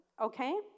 Okay